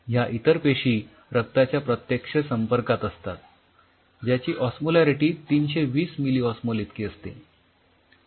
ह्या इतर पेशी रक्ताच्या प्रत्यक्ष संपर्कात असतात ज्याची ओस्मोलॅरिटी ३२० मिलिऑस्मोल इतकी असते